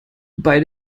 bei